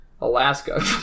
Alaska